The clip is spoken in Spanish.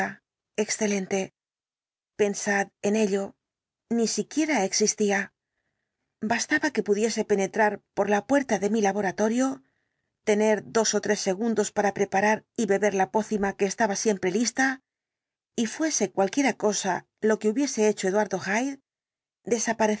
excelente pensad en ello ni siquiera existía bastaba que pudiese penetrar por la puerta de mi laboratorio tener dos ó tres segundos para preparar y beber la pócima que estaba siempre lista y fuese cualquiera cosa lo que hubiese hecho eduardo